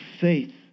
faith